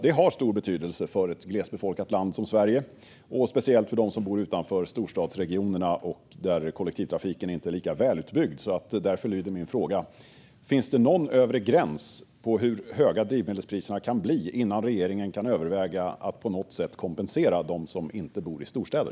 Det har stor betydelse för ett glesbefolkat land som Sverige och speciellt för dem som bor utanför storstadsregionerna och där kollektivtrafiken inte är lika välutbyggd. Därför lyder min fråga: Finns det någon övre gräns för hur höga drivmedelspriserna kan bli innan regeringen kan överväga att på något sätt kompensera dem som inte bor i storstäder?